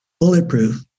Bulletproof